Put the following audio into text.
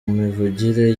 mivugire